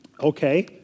Okay